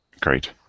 Great